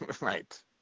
Right